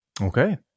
okay